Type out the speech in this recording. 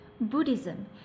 Buddhism